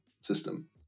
system